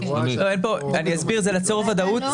זה ליצור ודאות,